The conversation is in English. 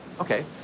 okay